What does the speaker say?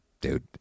dude